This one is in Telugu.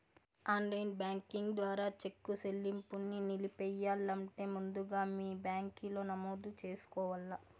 ఆన్లైన్ బ్యాంకింగ్ ద్వారా చెక్కు సెల్లింపుని నిలిపెయ్యాలంటే ముందుగా మీ బ్యాంకిలో నమోదు చేసుకోవల్ల